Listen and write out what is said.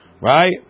Right